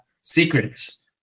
secrets